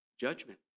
judgment